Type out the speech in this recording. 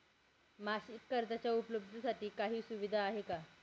मासिक कर्जाच्या उपलब्धतेसाठी काही सुविधा आहे का?